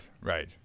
Right